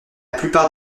plupart